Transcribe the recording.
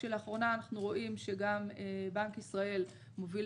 לאחרונה אנחנו רואים שגם בנק ישראל מוביל